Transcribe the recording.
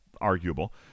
arguable